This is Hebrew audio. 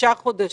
שישה חודשים.